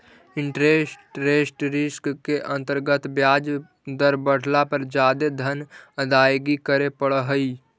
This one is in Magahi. इंटरेस्ट रेट रिस्क के अंतर्गत ब्याज दर बढ़ला पर जादे धन अदायगी करे पड़ऽ हई